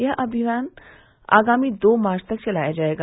यह अभियान आगामी दो मार्च तक चलाया जायेगा